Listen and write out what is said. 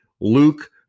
Luke